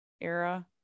era